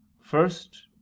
first